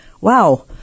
Wow